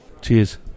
Cheers